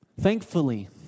Thankfully